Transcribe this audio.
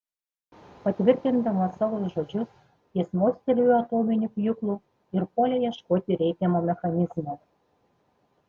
patvirtindamas savo žodžius jis mostelėjo atominiu pjūklu ir puolė ieškoti reikiamo mechanizmo